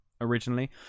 originally